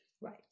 Right